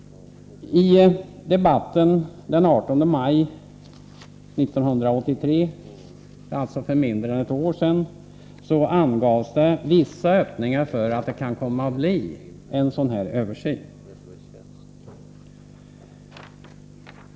I debatten den 18 maj 1983, alltså för mindre än ett år sedan, lämnades vissa öppningar för att det skulle kunna komma att bli en sådan översyn.